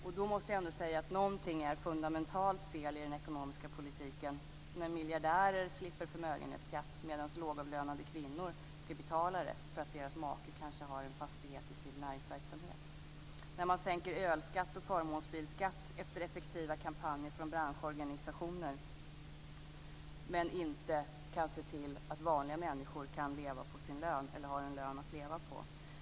Jag måste säga att någonting är fundamentalt fel i den ekonomiska politiken när miljardärer slipper förmögenhetsskatt medan lågavlönade kvinnor ska betala sådan därför att deras make kanske har en fastighet i sin näringsverksamhet, när man sänker ölskatt och förmånsbilsskatt efter effektiva kampanjer från branschorganisationer men inte kan se till att vanliga människor kan leva på sin lön eller har en lön att leva på.